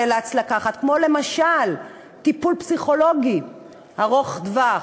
שנאלץ לקחת למשל טיפול פסיכולוגי ארוך-טווח,